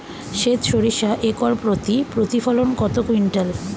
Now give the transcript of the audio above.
সেত সরিষা একর প্রতি প্রতিফলন কত কুইন্টাল?